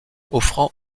offrant